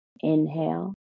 Inhale